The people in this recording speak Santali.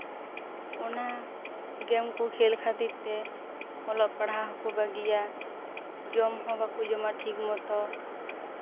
ᱚᱱᱟ ᱜᱮ ᱢ ᱠᱚ ᱠᱷᱮᱹᱞ ᱠᱷᱟᱹᱛᱤᱨ ᱛᱮ ᱚᱞᱚᱜ ᱯᱟᱲᱦᱟᱣ ᱦᱚᱸᱠᱚ ᱵᱟᱹᱜᱤᱭᱟ ᱡᱚᱢ ᱦᱚᱸ ᱵᱟᱠᱚ ᱡᱚᱢᱟ ᱴᱷᱤᱠ ᱢᱚᱛᱚ